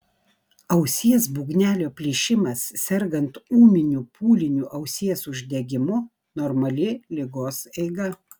ausies būgnelio plyšimas sergant ūminiu pūliniu ausies uždegimu normali ligos eiga